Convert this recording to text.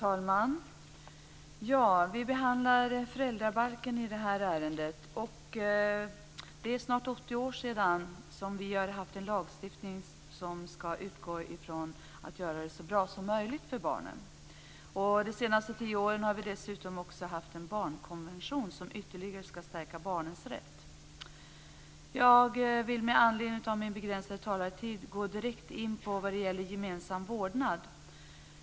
Fru talman! Vi behandlar föräldrabalken i det här ärendet. Vi har i snart 80 år haft en lagstiftning som ska utgå från att göra det så bra som möjligt för barnen. De senaste tio åren har vi dessutom också haft en barnkonvention som ytterligare ska stärka barnens rätt. Jag vill med anledning av min begränsade talartid gå direkt in på det som gäller gemensam vårdnad.